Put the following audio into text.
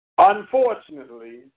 Unfortunately